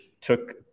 took